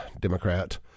Democrat